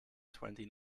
twenty